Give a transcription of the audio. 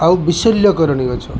ଆଉ ବିଶଲ୍ୟକରଣୀ ଗଛ